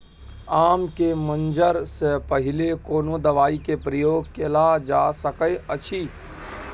आम के मंजर से पहिले कोनो दवाई के प्रयोग कैल जा सकय अछि?